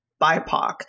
BIPOC